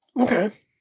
Okay